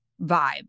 vibe